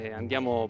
andiamo